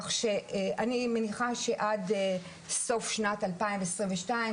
כך שאני מניחה שעד סוף שנת 2022,